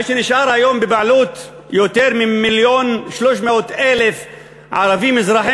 מה שנשאר היום בבעלות יותר ממיליון ו-300,000 ערבים אזרחי